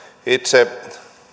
itse